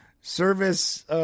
service